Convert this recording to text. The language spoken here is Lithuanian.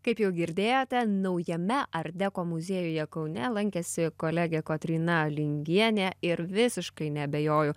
kaip jau girdėjote naujame art deko muziejuje kaune lankėsi kolegė kotryna lingienė ir visiškai neabejoju